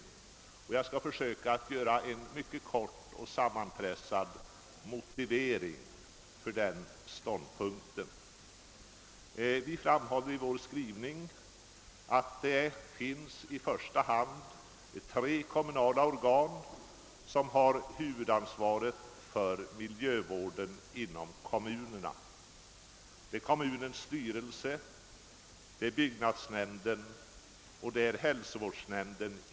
Jag skall försöka lämna en mycket kort motivering för den ståndpunkten. Vi framhåller i vår skrivning att det i första hand finns tre kommunala organ som bär huvudansvaret för miljövården inom kommunerna, nämligen kommunens styrelse, byggnadsnämnden och hälsovårdsnämnden.